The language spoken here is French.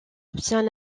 obtient